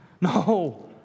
no